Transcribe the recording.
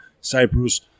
Cyprus